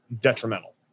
detrimental